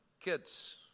Kids